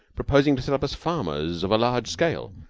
proposing to set up as farmers of a large scale,